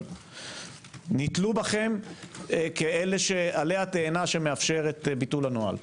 אבל נתלו בכם כעלה התאנה שמאפשר את ביטול הנוהל.